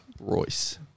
Royce